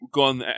gone